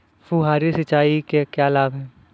फुहारी सिंचाई के क्या लाभ हैं?